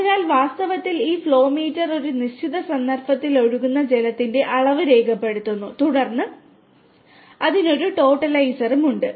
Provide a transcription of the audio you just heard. അതിനാൽ വാസ്തവത്തിൽ ഈ ഫ്ലോ മീറ്റർ ഒരു നിശ്ചിത സന്ദർഭത്തിൽ ഒഴുകുന്ന ജലത്തിന്റെ അളവ് രേഖപ്പെടുത്തുന്നു തുടർന്ന് അതിന് ഒരു ടോട്ടലൈസറും ഉണ്ട്